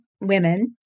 women